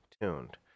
tuned